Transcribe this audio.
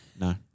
no